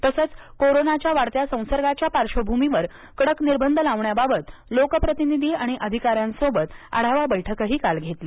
तसंच कोरोनाच्या वाढत्या संसर्गाच्या पार्श्वभूमीवर कडक निर्बंध लावण्याबाबत लोकप्रतिनिधी आणि अधिकाऱ्यांसोबत आढावा बैठक काल घेतली